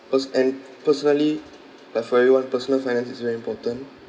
cause and personally like for everyone personal finance is very important